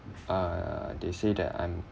uh they say that I'm